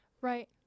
Right